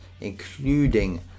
including